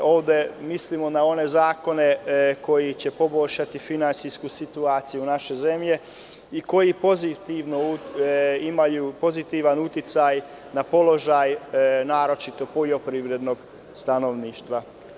Ovde mislimo na one zakone koji će poboljšati finansijsku situaciju naše zemlje i koji imaju pozitivan uticaj na položaj naročito poljoprivrednog stanovništva.